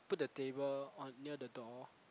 put the table on near the door